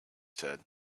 said